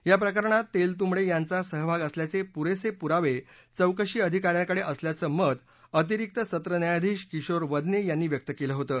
या प्रकरणात तेलतुंबडे यांचा सहभाग असल्याचे पुरेसे पुरावे चौकशी अधिकाऱ्याकडे असल्याचं मत अतिरिक्त सत्र न्यायाधीश किशोर वदने यांनी व्यक्त केलं होतं